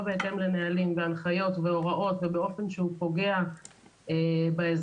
בהתאם לנהלים והנחיות והוראות ובאופן שהוא פוגע באזרחים.